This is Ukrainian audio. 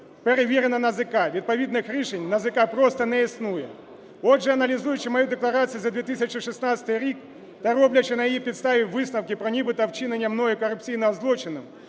перевірена НАЗК. Відповідних рішень НАЗК просто не існує. Отже, аналізуючи мою декларацію за 2016 рік та роблячи на її підставі висновки про нібито вчинення мною корупційного злочину,